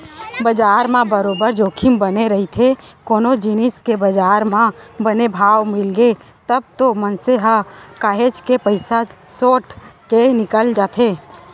बजार म बरोबर जोखिम बने रहिथे कोनो जिनिस के बजार म बने भाव मिलगे तब तो मनसे ह काहेच के पइसा सोट के निकल जाथे